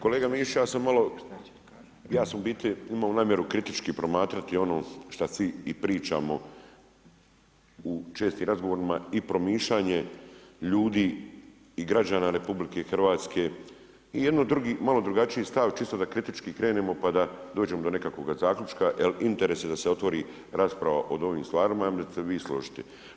Kolega Mišić, ja sam u biti imao namjeru kritički promatrati ono šta svi i pričamo u čestim razgovorima i promišljanje ljudi i građana RH i jedan malo drugačiji stav čisto da kritički krenemo pa da dođemo do nekakvoga zaključka jer interes je da se otvori rasprava o ovim stvarima, ja mislim da ćete se vi složiti.